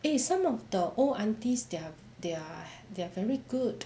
eh some of the old aunties they're they're they're very good